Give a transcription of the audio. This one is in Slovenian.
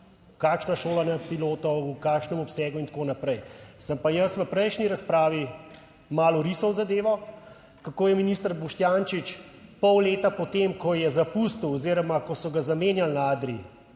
kakšna šolanja pilotov, v kakšnem obsegu in tako naprej. Sem pa jaz v prejšnji razpravi malo orisal zadevo, kako je minister Boštjančič pol leta po tem, ko je zapustil oziroma ko so ga zamenjali na Adrii,